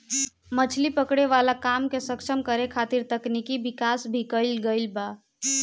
मछली पकड़े वाला काम के सक्षम करे खातिर तकनिकी विकाश भी कईल गईल बा